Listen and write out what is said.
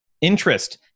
interest